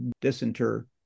disinter